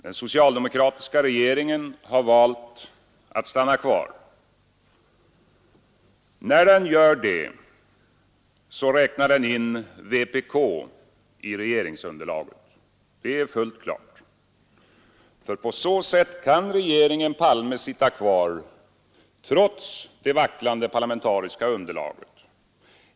Den socialdemokratiska regeringen har valt att stanna kvar. När den gör det så räknar den in vpk i regeringsunderlaget — det är fullt klart — för på så sätt kan regeringen Palme sitta kvar trots det vacklande parlamentariska underlaget.